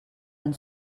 ens